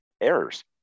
errors